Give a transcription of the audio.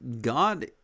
God